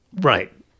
Right